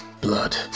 blood